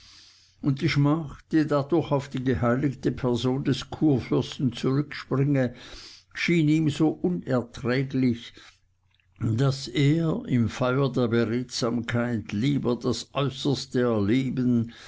und die schmach die dadurch auf die geheiligte person des kurfürsten zurückspringe schien ihm so unerträglich daß er im feuer der beredsamkeit lieber das äußerste erleben